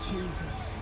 Jesus